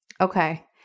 Okay